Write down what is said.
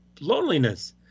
loneliness